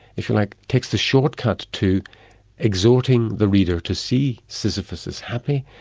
if you like, takes the short cut to exhorting the reader to see sisyphus is happy,